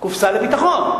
קופסה זה ככה?